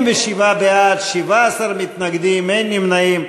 67 בעד, 17 מתנגדים, אין נמנעים.